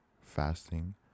fasting